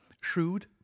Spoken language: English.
shrewd